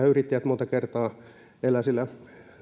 yrittäjät monta kertaa elävät siellä